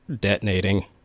detonating